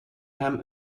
hem